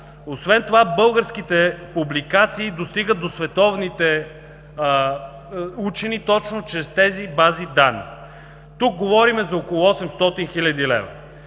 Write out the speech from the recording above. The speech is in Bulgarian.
Освен това българските публикации достигат до световните учени точно чрез тези бази данни. Тук говорим за около 800 хил. лв.